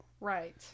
Right